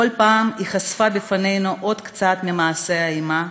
בכל פעם היא חשפה בפנינו עוד קצת ממעשי האימה,